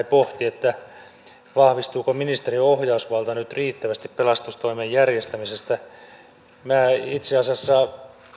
pohti vahvistuuko ministeriön ohjausvalta nyt riittävästi pelastustoimen järjestämisessä itse asiassa